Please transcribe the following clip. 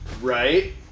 right